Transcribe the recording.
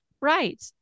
right